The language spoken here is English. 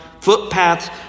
footpaths